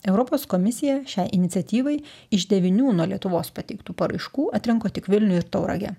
europos komisija šiai iniciatyvai iš devynių nuo lietuvos pateiktų paraiškų atrinko tik vilnių ir tauragę